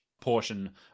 portion